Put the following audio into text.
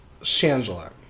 Shangela